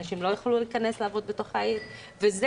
אנשים לא יכלו להיכנס לעבוד בתוך העיר וזה